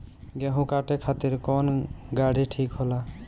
गेहूं काटे खातिर कौन गाड़ी ठीक होला?